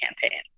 campaign